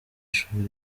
shuri